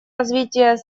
развития